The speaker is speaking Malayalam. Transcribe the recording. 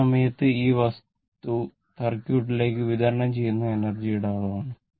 ഈ സമയത്ത് ഈ വസ്തു സർക്യൂട്ടിലേക്ക് വിതരണം ചെയ്യുന്ന എനർജി ന്റെ അളവ്